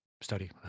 study